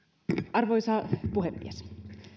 arvoisa puhemies